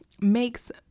makes